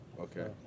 Okay